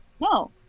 no